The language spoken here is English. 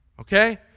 okay